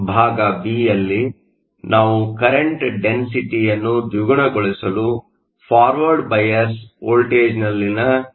ಭಾಗ ಬಿ ಯಲ್ಲಿ ನಾವು ಕರೆಂಟ್ ಡೆನ್ಸಿಟಿಯನ್ನು ದ್ವಿಗುಣಗೊಳಿಸಲು ಫಾರ್ವರ್ಡ್ ಬಯಾಸ್Forward bias ವೋಲ್ಟೇಜ್ನಲ್ಲಿನ ಬದಲಾವಣೆಯನ್ನು ಲೆಕ್ಕ ಹಾಕಬೇಕು